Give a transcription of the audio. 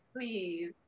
please